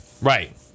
Right